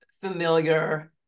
familiar